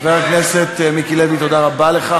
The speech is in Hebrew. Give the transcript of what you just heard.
חבר הכנסת מיקי לוי, תודה רבה לך.